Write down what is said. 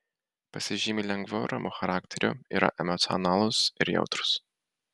pasižymi lengvu ramiu charakteriu yra emocionalūs ir jautrūs